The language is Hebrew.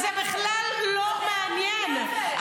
זה בכלל לא מעניין.